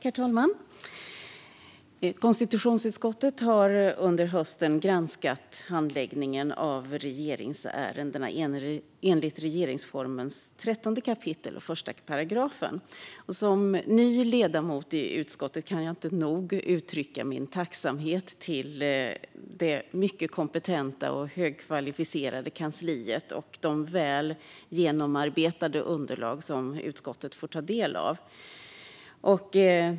Herr talman! Konstitutionsutskottet har under hösten granskat handläggningen av regeringsärendena enligt 13 kap. 1 § regeringsformen. Som ny ledamot i utskottet kan jag inte nog uttrycka min tacksamhet mot det mycket kompetenta och högkvalificerade kansliet och för de väl genomarbetade underlag som utskottet får ta del av.